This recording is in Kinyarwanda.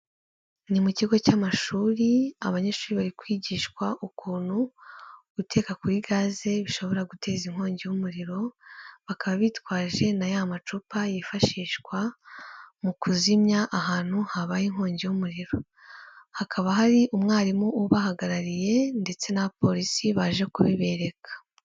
Ni mu kigo cy'amashuri abanyeshuri bari kwigishwa ukuntu guteka kuri gaze bishobora guteza inkongi umuriro, bakaba bitwaje na ya macupa yifashishwa mu kuzimya ahantu habaye inkongi y'umuriro, hakaba hari umwarimu ubahagarariye ndetse n'abaporisi baje kubibereka.